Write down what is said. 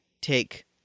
take